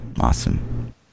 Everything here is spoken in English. awesome